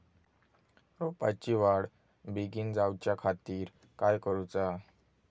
रोपाची वाढ बिगीन जाऊच्या खातीर काय करुचा?